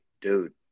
Dude